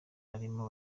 arimo